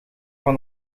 van